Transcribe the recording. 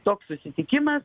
toks susitikimas